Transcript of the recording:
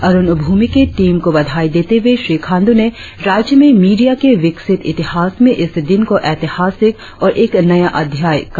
अरुण भूमि के टीम को बधाई देते हुए श्री खांडू ने राज्य में मीडिया के विकसित इतिहास में इस दिन को ऐतिहासिक और एक नया अध्याय कहा